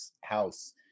house